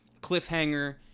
Cliffhanger